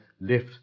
lift